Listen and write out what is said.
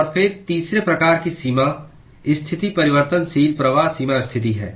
और फिर तीसरे प्रकार की सीमा स्थिति परिवर्तनशील प्रवाह सीमा स्थिति है